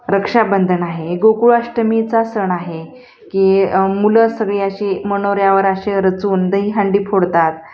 रक्षाबंधन आहे गोकुळाष्टमीचा सण आहे की मुलं सगळी अशी मनोऱ्यावर अशे रचून दही हंडी फोडतात